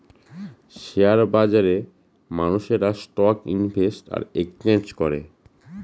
share বাজারে মানুষেরা stock invest আর এক্সচেঞ্জ করে